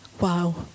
wow